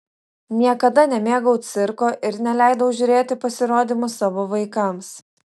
niekada nemėgau cirko ir neleidau žiūrėti pasirodymų savo vaikams